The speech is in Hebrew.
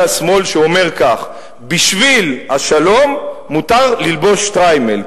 השמאל שאומר כך: בשביל השלום מותר ללבוש שטריימל.